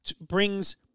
brings